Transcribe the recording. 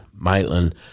Maitland